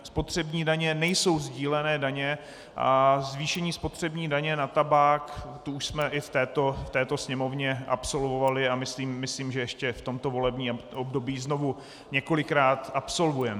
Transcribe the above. Spotřební daně nejsou sdílené daně a zvýšení spotřební daně na tabák už jsme v této Sněmovně absolvovali a myslím, že ještě v tomto volebním období znovu několikrát absolvujeme.